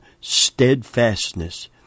steadfastness